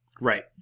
Right